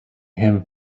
him